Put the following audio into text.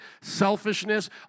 selfishness